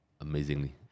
amazingly